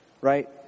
Right